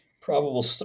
probable